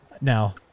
Now